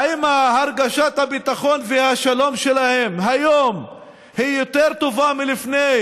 האם הרגשת הביטחון והשלום שלהם היום היא יותר טובה מלפני